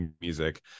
music